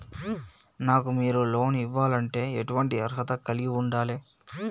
నాకు మీరు లోన్ ఇవ్వాలంటే ఎటువంటి అర్హత కలిగి వుండాలే?